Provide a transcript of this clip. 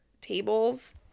tables